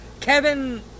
Kevin